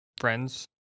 friends